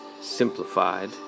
Simplified